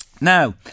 Now